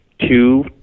two